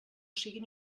siguin